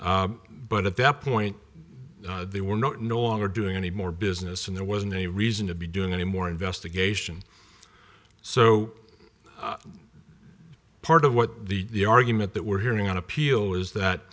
e but at that point they were no longer doing any more business and there wasn't any reason to be doing any more investigation so part of what the argument that we're hearing on appeal is that